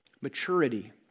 maturity